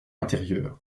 intérieur